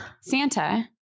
Santa